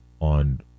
on